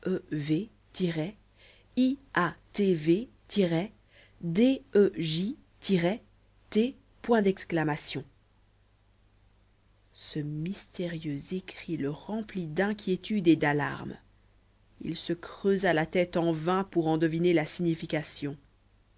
v i a t v d e j t ce mystérieux écrit le remplit d'inquiétude et d'alarmes il se creusa la tête en vain pour en deviner la signification